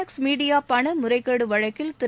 எக்ஸ்மீடியா பணமுறைகேடு வழக்கில் திரு